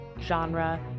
genre